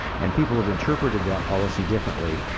and people have interpreted that policy differently.